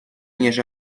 ніж